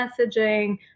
messaging